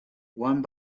one